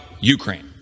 ukraine